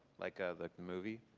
like ah the movie?